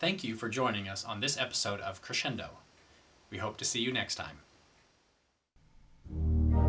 thank you for joining us on this episode of crescendo we hope to see you next time